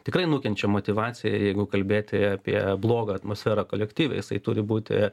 tikrai nukenčia motyvacija jeigu kalbėti apie blogą atmosferą kolektyve jisai turi būti